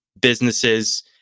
businesses